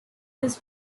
his